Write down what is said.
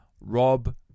Rob